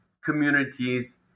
communities